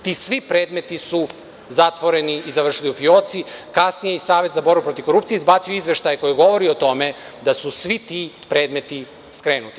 Ti svi predmeti su zatvoreni i završili u fioci, kasnije i Savez za borbu protiv korupcije izbacio izveštaj koji govori o tome da su svi ti predmeti skrenuti.